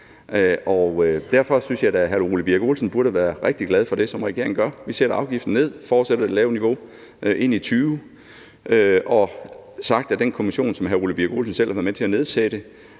Derfor synes jeg da, at hr. Ole Birk Olesen burde være rigtig glad for det, som regeringen gør: Vi sætter afgiften ned og fortsætter det lave niveau ind i 2020 og har sagt, at den kommission, som hr. Ole Birk Olesen selv har været med til at nedsætte,